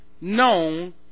known